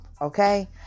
okay